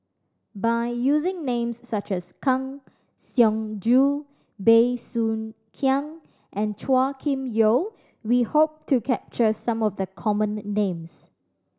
by using names such as Kang Siong Joo Bey Soo Khiang and Chua Kim Yeow we hope to capture some of the common names